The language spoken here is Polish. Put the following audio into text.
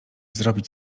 zrobić